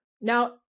Now